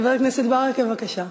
חבר הכנסת ברכה, בבקשה.